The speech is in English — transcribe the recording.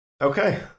Okay